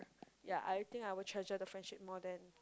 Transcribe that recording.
ya I think I will treasure the friendship more than